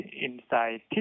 inside